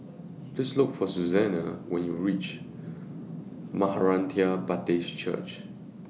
Please Look For Susana when YOU REACH Maranatha Baptist Church